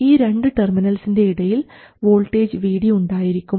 ഈ 2 ടെർമിനൽസിൻറെ ഇടയിൽ വോൾട്ടേജ് Vd ഉണ്ടായിരിക്കും